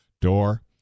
door